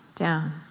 down